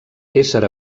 ésser